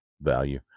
value